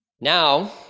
Now